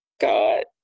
God